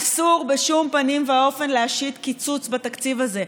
אסור בשום פנים ואופן להשית קיצוץ בתקציב הזה.